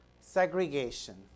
Segregation